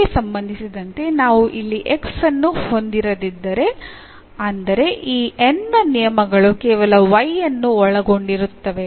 N ಗೆ ಸಂಬಂಧಿಸಿದಂತೆ ನಾವು ಇಲ್ಲಿ x ಅನ್ನು ಹೊಂದಿರದಿದ್ದರೆ ಅಂದರೆ ಈ N ನ ನಿಯಮಗಳು ಕೇವಲ y ಅನ್ನು ಒಳಗೊಂಡಿರುತ್ತವೆ